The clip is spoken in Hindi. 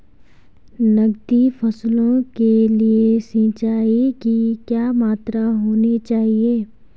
नकदी फसलों के लिए सिंचाई की क्या मात्रा होनी चाहिए?